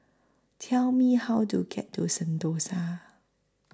Tell Me How to get to